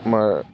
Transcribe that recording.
আমাৰ